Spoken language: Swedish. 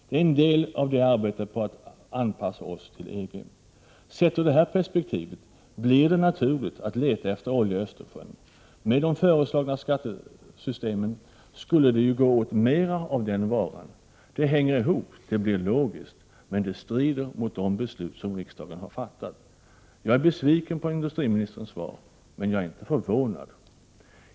Det är en del av arbetet på att anpassa oss till EG. Sett ur detta perspektiv blir det naturligt att leta efter olja i Östersjön. Med de föreslagna skattesystemen skulle det ju gå åt mera av den varan. Det hänger ihop — det blir logiskt — men det strider mot de beslut som riksdagen har fattat. Jag är besviken på industriministerns svar, men jag är inte förvånad.